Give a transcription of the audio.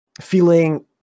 feeling